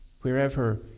wherever